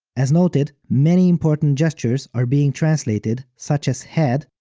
as noted, many important gestures are being translated, such as head,